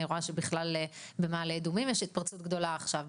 אני רואה שבכלל במעלה אדומים יש התפרצות גדולה עכשיו.